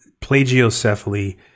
plagiocephaly